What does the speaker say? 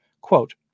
Quote